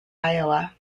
iowa